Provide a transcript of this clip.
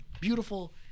beautiful